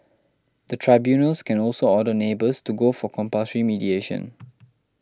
the tribunals can also order neighbours to go for compulsory mediation